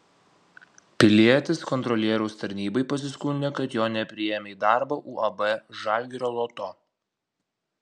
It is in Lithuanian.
pilietis kontrolieriaus tarnybai pasiskundė kad jo nepriėmė į darbą uab žalgirio loto